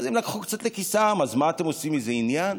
אז הם לקחו לכיסם, מה אתם עושים מזה עניין?